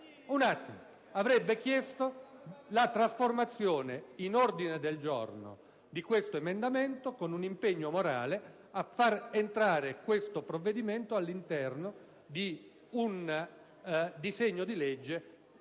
relatore avrebbe chiesto la trasformazione in ordine del giorno dell'emendamento, con un impegno morale a far entrare tale norma all'interno di un disegno di legge